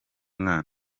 mwana